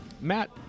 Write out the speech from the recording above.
Matt